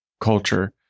culture